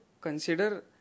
consider